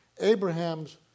Abraham's